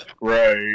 right